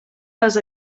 les